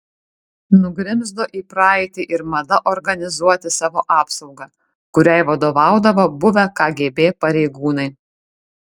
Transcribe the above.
nugrimzdo į praeitį ir mada organizuoti savo apsaugą kuriai vadovaudavo buvę kgb pareigūnai